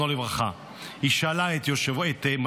איילת,